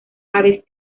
aves